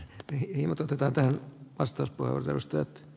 piilota tytärtään tästä palvelusta